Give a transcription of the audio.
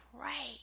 pray